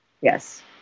Yes